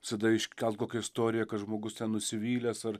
visada iškelt kokią istoriją kad žmogus ten nusivylęs ar